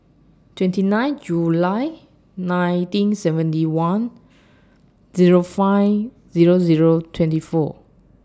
twenty nine July nineteen seventy one Zero five Zero Zero twenty four